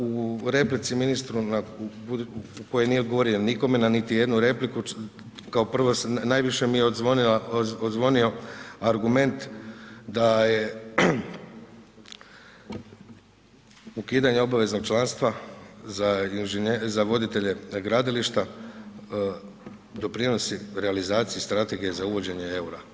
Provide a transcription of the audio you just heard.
U replici ministru koji nije odgovorio nikome na niti jednu repliku, kao prvo najviše mi je odzvonio argument da je ukidanje obaveznog članstva za voditelje gradilišta, doprinosi realizaciji strategije za uvođenje eura.